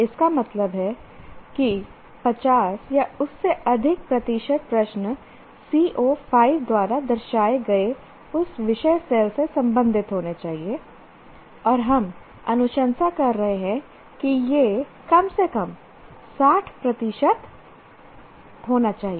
इसका मतलब है 50 या उससे अधिक प्रतिशत प्रश्न CO5 द्वारा दर्शाए गए उस विशेष सेल से संबंधित होने चाहिए और हम अनुशंसा कर रहे हैं कि यह कम से कम 60 प्रतिशत होना चाहिए